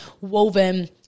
woven